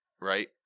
right